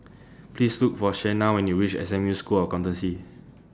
Please Look For Shena when YOU REACH S M U School of Accountancy